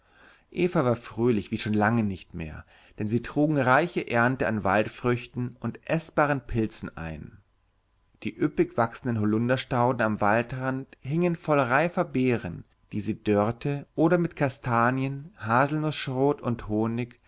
eva war fröhlich wie schon lange nicht mehr denn sie trugen reiche ernte an waldfrüchten und eßbaren pilzen ein die üppig wachsenden holunderstauden am waldrand hingen voll reifer beeren die sie dörrte oder mit kastanien haselnußschrot und honig